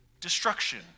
destruction